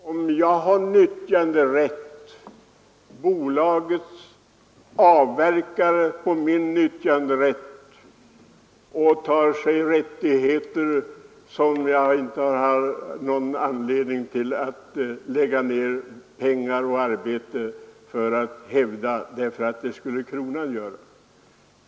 Herr talman! Jag har nyttjanderätt till marken, bolaget avverkar på denna mark och tar sig rättigheter, men jag har inte anledning att lägga ned pengar och arbete för att hävda mina intressen, för det skulle kronan göra.